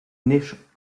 nicht